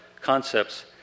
concepts